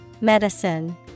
Medicine